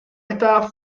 estaba